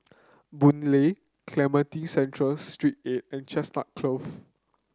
Boon Lay Cemetry Central Street eight and Chestnut Close